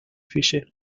fische